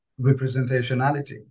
representationality